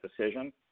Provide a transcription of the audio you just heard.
decision